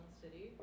City